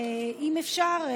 אם אפשר,